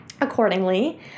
accordingly